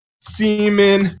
semen